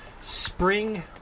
spring